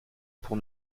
pour